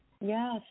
Yes